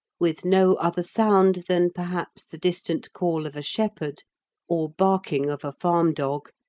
with no other sound than perhaps the distant call of a shepherd or barking of a farm dog,